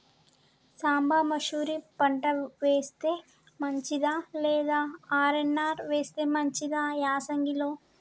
సాంబ మషూరి పంట వేస్తే మంచిదా లేదా ఆర్.ఎన్.ఆర్ వేస్తే మంచిదా యాసంగి లో?